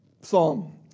psalm